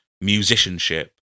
musicianship